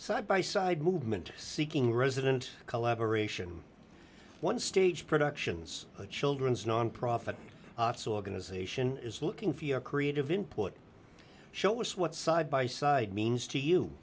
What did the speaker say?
side by side movement seeking resident collaboration one stage productions a children's nonprofit organization is looking for creative input show us what side by side means to you